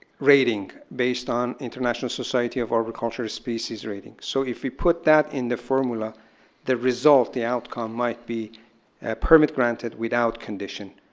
rating based on international society of agriculture species rating. so if you put that in the form lark ah the result, the outcome might be permit granted without condition.